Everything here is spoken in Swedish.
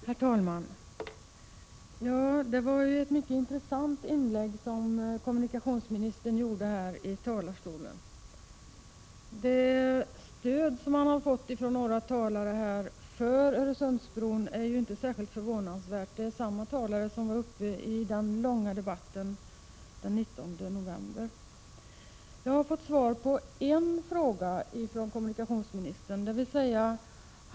Herr talman! Det var ett mycket intressant inlägg som kommunikationsministern gjorde här i talarstolen. Det stöd han har fått för Öresundsbron från några talare är inte särskilt förvånansvärt. Det rör sig om samma talare som var uppe i den långa debatten den 19 november. Jag har fått svar från kommunikationsministern på en av de frågor jag ställde.